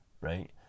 Right